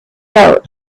road